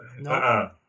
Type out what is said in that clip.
No